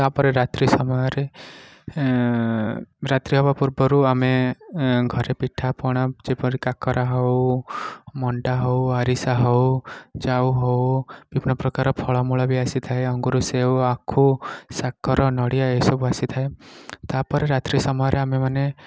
ତା'ପରେ ରାତ୍ରି ସମୟରେ ରାତ୍ରି ହେବା ପୂର୍ବରୁ ଆମେ ଘରେ ପିଠାପଣା ଯେପରି କାକରା ହଉ ମଣ୍ଡା ହଉ ଆରିସା ହଉ ଜାଉ ହଉ ବିଭିନ୍ନ ପ୍ରକାରର ଫଳମୂଳ ବି ଆସିଥାଏ ଅଙ୍ଗୁର ସେଉ ଆଖୁ ସାକର ନଡ଼ିଆ ଏସବୁ ଆସିଥାଏ ତା'ପରେ ରାତ୍ରି ସମୟରେ ଆମେମାନେ